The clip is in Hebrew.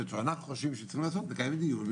ואנחנו חושבים שצריכים לדון נקיים דיון,